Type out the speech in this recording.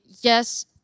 yes